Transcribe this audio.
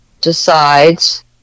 decides